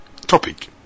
Topic